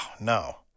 no